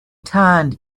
turned